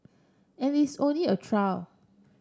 and it's only a trial